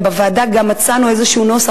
בוועדה מצאנו גם איזשהו נוסח.